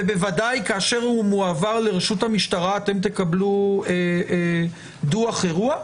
ובוודאי כאשר הוא מועבר לרשות המשטרה אתם תקבלו דוח אירוע,